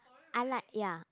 I like ya